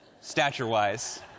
stature-wise